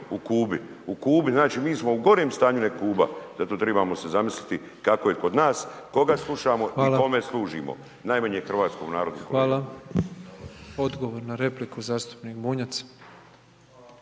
u Kubi, u Kubi, znači mi smo u gorem stanju nego Kuba zato trebamo se zamisliti kako je kod nas, koga slušamo i kome služimo. Najmanje hrvatskom narodu .../Govornik se ne